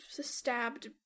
stabbed